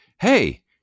hey